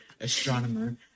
astronomer